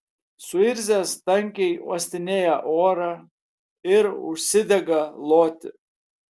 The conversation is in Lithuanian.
suirzęs tankiai uostinėja orą ir užsidega loti